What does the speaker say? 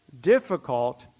difficult